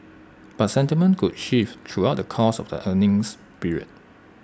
but sentiment could shift throughout the course of the earnings period